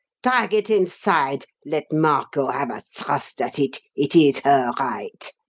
drag it inside let margot have a thrust at it it is her right.